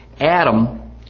Adam